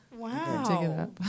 Wow